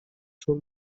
چون